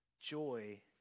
joy